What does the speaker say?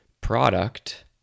product